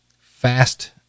fast